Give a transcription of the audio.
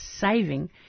saving